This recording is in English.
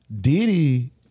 Diddy